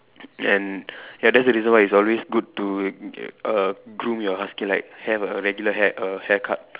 and ya that's the reason why it's always good to err groom your husky like have a regular hair err hair cut